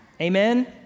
Amen